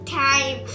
time